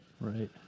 Right